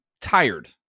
tired